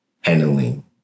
handling